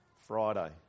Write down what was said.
Friday